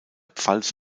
pfalz